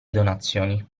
donazioni